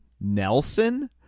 nelson